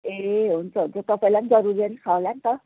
ए हुन्छ हुन्छ तपाईँलाई पनि जरुरी नै छ होला नि त